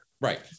Right